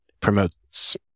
promotes